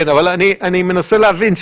כן, אבל אני מנסה להבין.